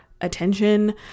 attention